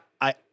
I-